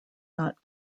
not